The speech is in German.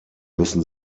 müssen